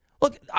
look